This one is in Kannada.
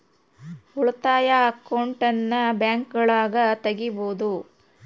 ಉಳಿತಾಯ ಅಕೌಂಟನ್ನ ಬ್ಯಾಂಕ್ಗಳಗ ತೆಗಿಬೊದು